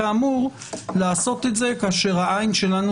כאמור לעשות את זה כאשר העין שלנו